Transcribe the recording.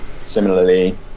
similarly